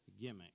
gimmick